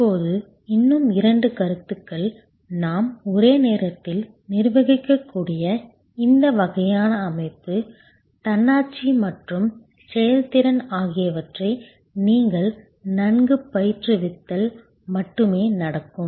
இப்போது இன்னும் இரண்டு கருத்துக்கள் நாம் ஒரே நேரத்தில் நிர்வகிக்கக்கூடிய இந்த வகையான அமைப்பு தன்னாட்சி மற்றும் செயல்திறன் ஆகியவற்றை நீங்கள் நன்கு பயிற்றுவித்தால் மட்டுமே நடக்கும்